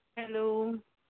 hello